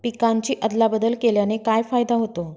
पिकांची अदला बदल केल्याने काय फायदा होतो?